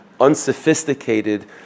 unsophisticated